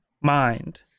mind